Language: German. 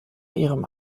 ihrem